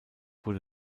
wurde